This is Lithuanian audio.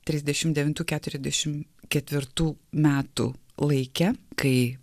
trisdešim devintų keturiasdešim ketvirtų metų laike kai